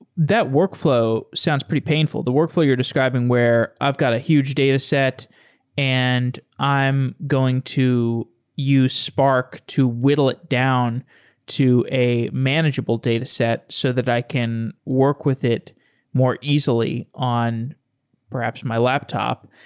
that workflow sounds pretty painful. the workflow you're describing where i've got a huge dataset and i'm going to use spark to whittle it down to a manageable dataset so that i can work with it more easily on perhaps my laptop.